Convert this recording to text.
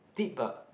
deep but